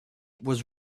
was